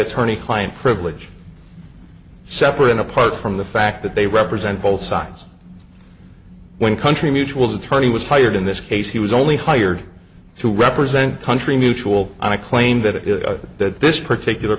attorney client privilege separate and apart from the fact that they represent both sides when country mutual's attorney was hired in this case he was only hired to represent country mutual on a claim that it is that this particular